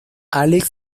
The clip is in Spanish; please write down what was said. alex